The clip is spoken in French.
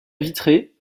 vitré